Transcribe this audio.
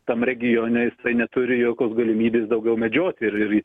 tam regione jisai neturi jokios galimybės daugiau medžioti ir ir